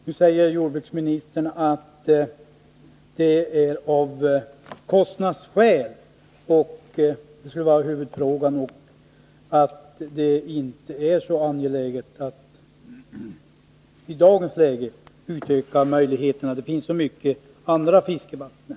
Nu säger jordbruksministern att det huvudsakligen är av kostnadsskäl som det inte kan ske och att det inte är så angeläget i dagens läge att utöka de möjligheterna. Det finns ju redan så många andra fiskevatten.